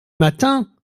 matin